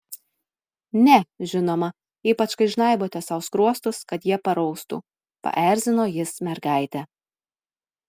ne žinoma ypač kai žnaibote sau skruostus kad jie paraustų paerzino jis mergaitę